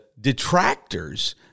detractors